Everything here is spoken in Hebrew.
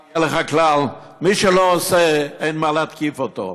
הכלל: מי שלא עושה, אין מה להתקיף אותו,